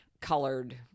colored